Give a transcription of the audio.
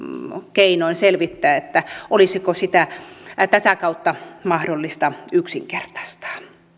keinoin selvittää olisiko sitä tätä kautta mahdollista yksinkertaistaa